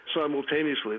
simultaneously